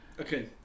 Okay